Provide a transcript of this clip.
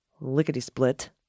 Lickety-split